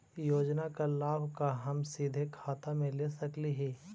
योजना का लाभ का हम सीधे खाता में ले सकली ही?